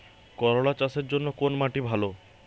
করলা চাষের জন্য কোন মাটি ভালো?